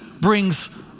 brings